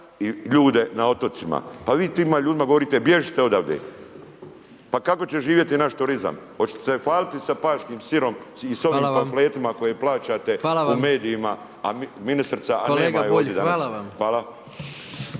i ljude na otocima. Pa vi tima ljudima govorite bježite odavade. Pa kako će živjeti naš turizam? Hoćete li se hvaliti sa paškim sirom i s onim .../Govornik se ne razumije./... koje plaćate